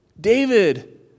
David